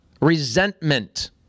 resentment